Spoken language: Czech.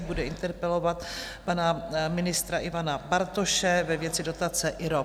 Bude interpelovat pana ministra Ivana Bartoše ve věci Dotace IROP.